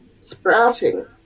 sprouting